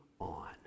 on